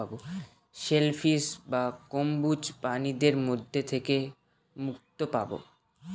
sell fish বা কম্বোজ প্রাণীর ভিতর থেকে যে মুক্তো পাবো